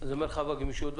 זה מרחב הגמישות.